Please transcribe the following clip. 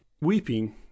Weeping